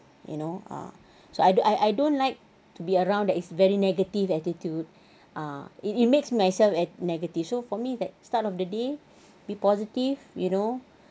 you know ah so I don't I I don't like to be around that is very negative attitude ah it it makes myself at negative so for me that start of the day be positive you know